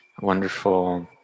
wonderful